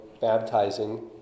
baptizing